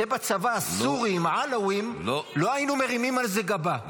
בצבא הסורי עם העלאוויים לא היינו מרימים על זה גבה,